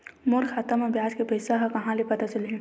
मोर खाता म ब्याज के पईसा ह कहां ले पता चलही?